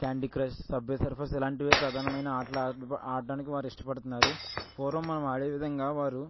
candy Crush Subway Surfers అలాంటివి ప్రధానమైన ఆటలు ఆడటానికి వారు ఇష్టపడుతున్నారు పూర్వం మనం ఆడే విధంగా వారు